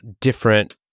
different